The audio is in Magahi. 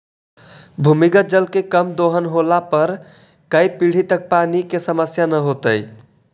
भूमिगत जल के कम दोहन होला पर कै पीढ़ि तक पानी के समस्या न होतइ